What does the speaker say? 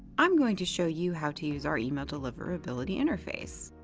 i'm going to show you how to use our email deliverability interface.